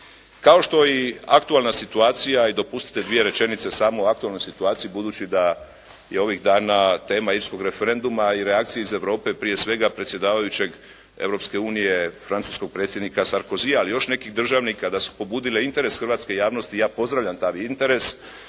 Kao što i aktualna situacija i dopustite samo dvije rečenice o aktualnoj situaciji, budući da je ovih dana tema …/Govornik se ne razumije./… referenduma i reakcije iz Europe prije svega predsjedavajućeg, Europske unije francuskog predsjednika Sarkozy, ali još nekih državnika da su pobudile interes hrvatske javnosti i ja pozdravljam taj interes